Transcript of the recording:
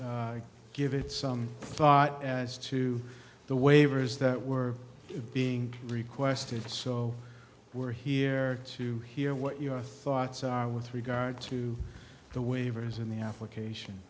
give it some thought as to the waivers that were being requested so we're here to hear what your thoughts are with regard to the waivers in the application